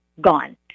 gone